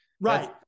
Right